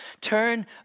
Turn